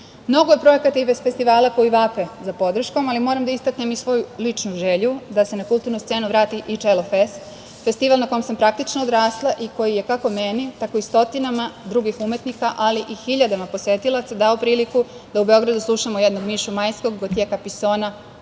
je projekata i festivala koji vape za podrškom, ali moram da istaknem i svoju ličnu želju da se na kulturnu scenu vrati i „Čelo fest“, festival na kome sam praktično odrasla i koji je kako za mene i stotinama drugih umetnika, ali i hiljadama posetilaca dao priliku da u Beogradu slušamo jednog Mišu Majskog, Gotjea Kapisona,